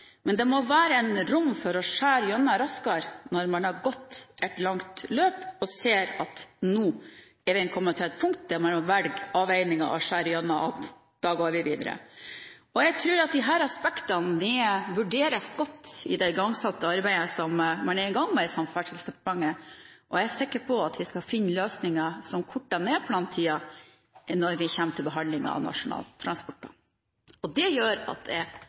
Men det må være rom for å skjære gjennom raskere når man har gått et langt løp og ser at nå er veien kommet til punkt der en må foreta avveininger, skjære gjennom og si at da går vi videre. Jeg tror disse aspektene vurderes godt i det arbeidet som man er i gang med i Samferdselsdepartementet, og jeg er sikker på at vi skal finne løsninger som korter ned plantiden når vi kommer til behandlingen av Nasjonal transportplan. Det gjør at jeg